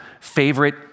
favorite